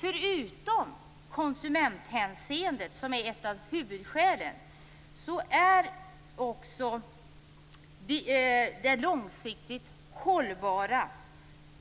Förutom konsumentaspekten, som är ett av huvudskälen, handlar det också om det långsiktigt hållbara